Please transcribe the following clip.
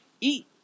Eat